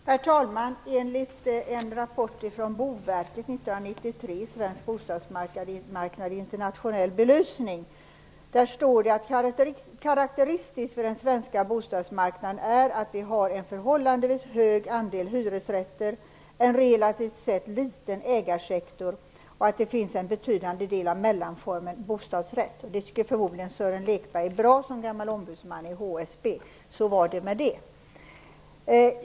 Herr talman! I en rapport från Boverket 1993, Svensk bostadsmarknad i internationell belysning, står följande: Karakteristiskt för den svenska bostadsmarknaden är att vi har en förhållandevis hög andel hyresrätter och en relativt sett liten ägarsektor och att det finns en betydande del av mellanformen bostadsrätt. Sören Lekberg, som är gammal ombudsman i HSB, tycker förmodligen att det är bra. Så var det med det.